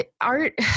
art